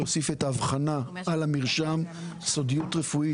להוסיף את האבחנה על המרשם זה סודיות רפואית.